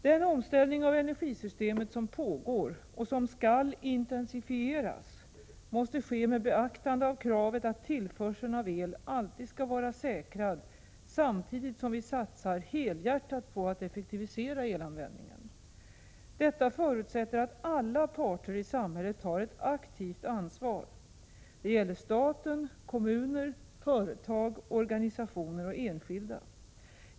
Den omställning av energisystemet som pågår och som skall intensifieras måste ske med beaktande av kravet att tillförseln av el alltid skall vara säkrad, samtidigt som vi satsar helhjärtat på att effektivisera elanvändningen. Detta förutsätter att alla parter i samhället tar ett aktivt ansvar. Det gäller staten, kommuner, företag, organisationer och enskilda.